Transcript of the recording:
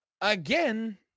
again